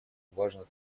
важно